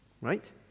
right